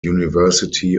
university